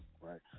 Right